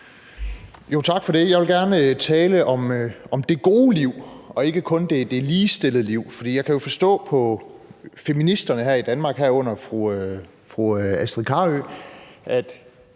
Tak for det. Jeg vil gerne tale om det gode liv, og ikke kun det ligestillede liv. For jeg kan jo forstå på feministerne her i Danmark, herunder fru Astrid Carøe, at